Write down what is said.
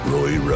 Roy